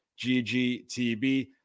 GGTB